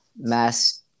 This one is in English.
mass